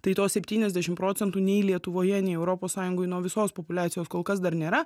tai tos septyniasdešimt procentų nei lietuvoje nei europos sąjungoj nuo visos populiacijos kol kas dar nėra